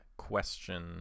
question